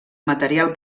material